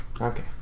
Okay